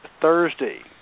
Thursday